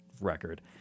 record